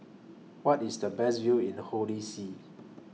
What IS The Best View in Holy See